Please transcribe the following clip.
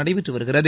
நடைபெற்று வருகிறது